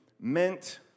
meant